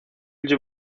you